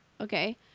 okay